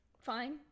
fine